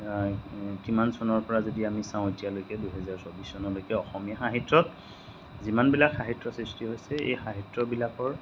কিমান চনৰপৰা যদি আমি চাওঁ এতিয়ালৈকে দুহেজাৰ চৌব্বিছ চনলৈকে অসমীয়া সাহিত্যত যিমানবিলাক সাহিত্যৰ সৃষ্টি হৈছে এই সাহিত্যবিলাকৰ